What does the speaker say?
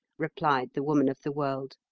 replied the woman of the world,